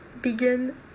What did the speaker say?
begin